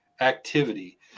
activity